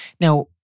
Now